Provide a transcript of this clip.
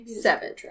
Seven